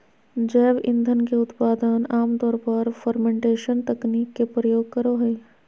जैव ईंधन के उत्पादन आम तौर पर फ़र्मेंटेशन तकनीक के प्रयोग करो हइ